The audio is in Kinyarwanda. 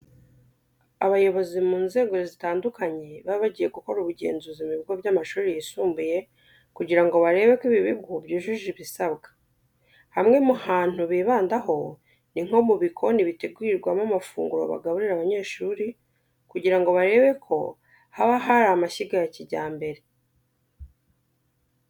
Abayobozi mu nzego zitandukanye baba bagiye gukora ubugenzuzi mu bigo by'amashuri yisumbuye kugira ngo barebe ko ibi bigo byujuje ibisabwa. Hamwe mu hantu bibandaho ni nko mu bikoni bitegurirwamo amafunguro bagaburira abanyeshuri kugira ngo barebe ko haba hari amashyiga ya kijyambere.